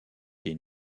des